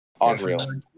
unreal